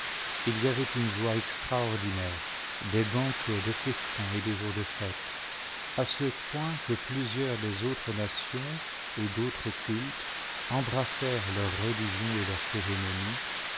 il y avait une joie extraordinaire des banquets des festins et des jours de fêtes à ce point que plusieurs des autres nations et d'autres cultes embrassèrent leur religion et leurs cérémonies